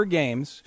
games